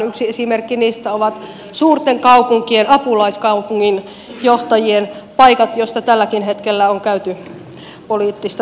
yksi esimerkki niistä ovat suurten kaupunkien apulaiskaupunginjohtajien paikat joista tälläkin hetkellä on käyty poliittista taistelua